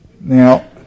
Now